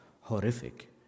horrific